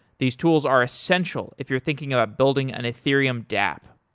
these tools are essential if you're thinking about building an ethereum dapp.